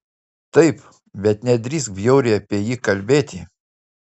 taip bet nedrįsk bjauriai apie jį kalbėti